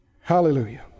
Hallelujah